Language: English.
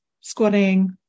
squatting